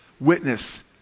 witness